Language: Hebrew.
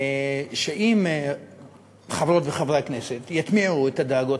ואם חברות וחברי הכנסת יטמיעו את הדאגות